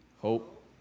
Hope